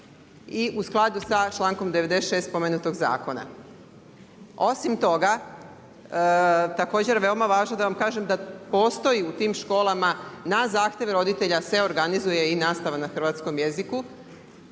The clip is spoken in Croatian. i u skladnu sa čl.96. spomenutog zakona. Osim toga, također veoma važno da vam kažem, ta postoji u tim školama, na zahtjev roditelja, se organizira i nastava na hrvatskom jeziku,